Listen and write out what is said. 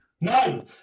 No